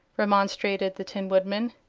remonstrated the tin woodman.